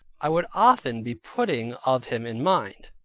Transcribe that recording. i would often be putting of him in mind,